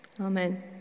Amen